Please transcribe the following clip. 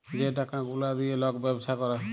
যে টাকা গুলা দিঁয়ে লক ব্যবছা ক্যরে